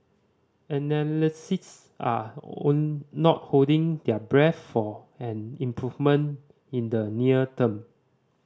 analysts are not holding their breath for an improvement in the near term